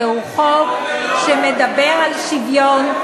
זהו חוק שמדבר על שוויון,